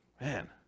man